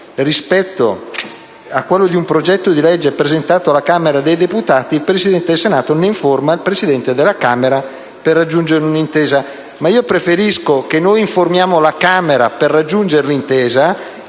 rispetto a quello di un progetto già presentato alla Camera dei deputati, il Presidente del Senato ne informa il Presidente della Camera per raggiungere le possibili intese». Io preferisco che noi informiamo la Camera per raggiungere l'intesa